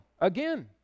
again